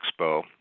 expo